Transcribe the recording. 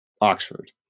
Oxford